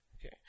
okay